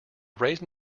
raised